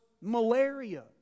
malaria